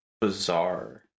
bizarre